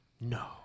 No